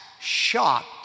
shocked